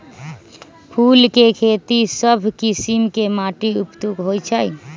फूल के खेती सभ किशिम के माटी उपयुक्त होइ छइ